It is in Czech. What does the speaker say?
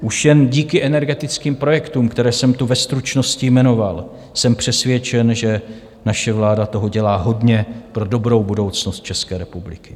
Už jen díky energetickým projektům, které jsem tu ve stručnosti jmenoval, jsem přesvědčen, že naše vláda toho dělá hodně pro dobrou budoucnost České republiky.